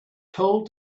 told